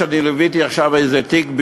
אני ליוויתי עכשיו איזה תיק,